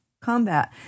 combat